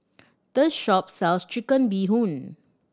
this shop sells Chicken Bee Hoon